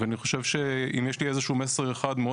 ואני חושב שאם יש לי איזה שהוא מסר אחד מאוד